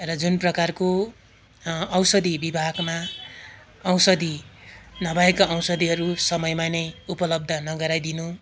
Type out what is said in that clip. एउटा जुन प्रकारको औषधी विभागमा औषधी नभएका औषथीहरू समयमा नै उपलब्ध नगराइदिनु